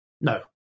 no